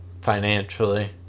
financially